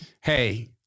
Hey